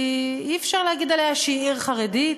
אי-אפשר להגיד עליה שהיא עיר חרדית,